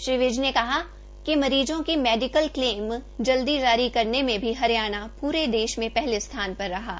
श्री विज ने कहा कि मरीजों के मेडिक्लेम सबसे जल्दी जारी करने में भी हरियाणा प्रे देश में पहले स्थान पर रहा है